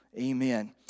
Amen